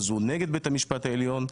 הוא נגד בית המשפט העליון,